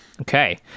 okay